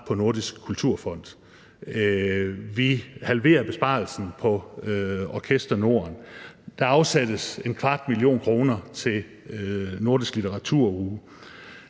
på Nordisk Kulturfond, og vi halverer besparelsen på Orkester Norden, og der afsættes en kvart million kr. til nordisk litteratur-uge.